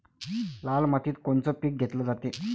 लाल मातीत कोनचं पीक घेतलं जाते?